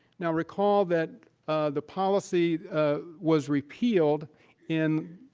now recall that the policy was repealed in